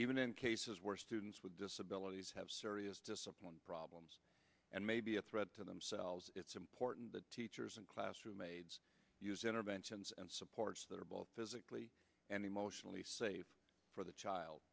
even in cases where students with disabilities have serious discipline problems and may be a threat to themselves it's important that teachers and classroom aids use interventions and supports that are both physically and emotionally safe for the child